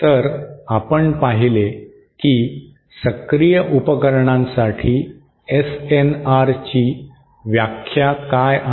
तर आपण पाहिले की सक्रिय उपकरणांसाठी SNRची व्याख्या काय आहे